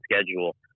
schedule